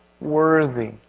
worthy